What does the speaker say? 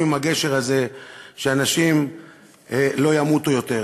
עם הגשר הזה כדי שאנשים לא ימותו יותר?